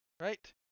Right